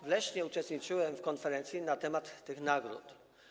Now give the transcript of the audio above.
W Lesznie uczestniczyłem w konferencji na temat tych nagród.